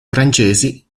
francesi